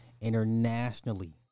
Internationally